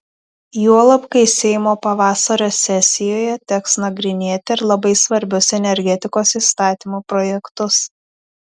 juolab kai seimo pavasario sesijoje teks nagrinėti ir labai svarbius energetikos įstatymų projektus